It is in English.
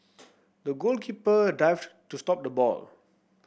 the goalkeeper dived to stop the ball